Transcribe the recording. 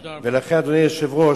לכן, אדוני היושב-ראש,